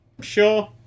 sure